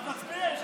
אז נצביע.